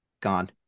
Gone